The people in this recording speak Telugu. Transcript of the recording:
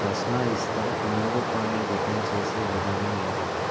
రస్నా ఇన్స్టా నింబూపానీ రిటర్న్ చేసే విధానం ఏంటి